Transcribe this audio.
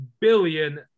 billion